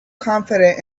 confident